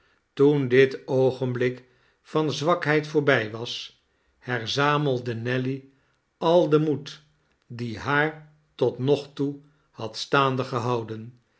toen dit oogenblik van zwakheid voorbij was herzamelde nelly al den moed die haar tot nog toe had staande gehouden